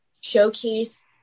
showcase